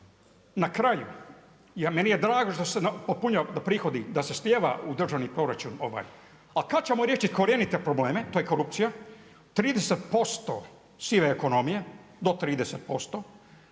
Na kraju, meni je drago što se popunjavaju prihodi, da se slijeva u državni proračun, ali kad ćemo korjenite probleme, to je korupcija. 30% sive ekonomije, do 30%